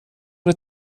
det